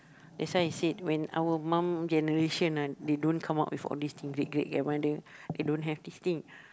that's why I said when our mum generation ah they don't come up with all this thing great great grandmother they don't have this thing